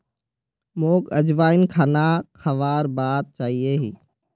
मोक अजवाइन खाना खाबार बाद चाहिए ही